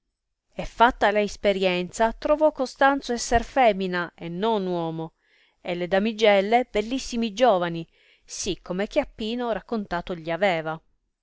e fatta la isperienza trovò costanzo esser femina e non uomo e le damigelle bellissimi giovani sì come chiappino raccontato gli aveva